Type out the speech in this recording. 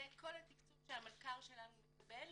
זה כל התקצוב שהמלכ"ר שלנו מקבל,